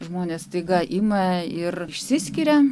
žmonės staiga ima ir išsiskiria